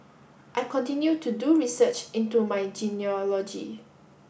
I continue to do research into my genealogy